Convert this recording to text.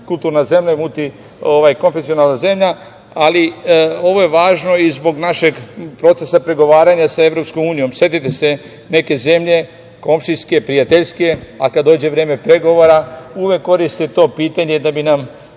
je uvek bila multikulturna zemlja, ali ovo je važno i zbog našeg procesa pregovaranja sa EU. Setite se, neke zemlje komšijske, prijateljske, a kada dođe vreme pregovora uvek koriste to pitanje da bi nam